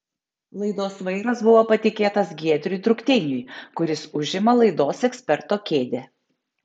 laidos vairas buvo patikėtas giedriui drukteiniui kuris užima laidos eksperto kėdę